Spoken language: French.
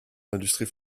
l’industrie